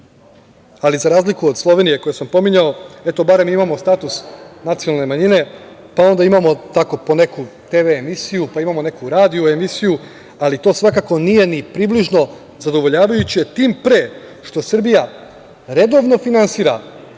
Ali, za razliku od Slovenije, koju sam pominjao, barem imamo status nacionalne manjine, pa onda imamo po neku TV emisiju, pa imamo radio emisiju, ali to svakako nije ni približno zadovoljavajuće, tim pre što Srbija redovno finansira